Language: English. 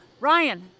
Ryan